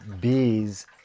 bees